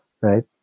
right